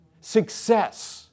success